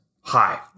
hi